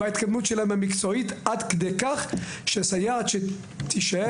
בהתקדמות המקצועית שלהן עד כדי כך שסייעת שתישאר